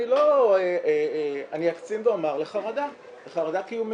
אני אקצין ואומר, לחרדה קיומית.